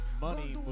money